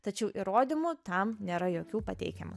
tačiau įrodymų tam nėra jokių pateikiama